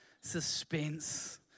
suspense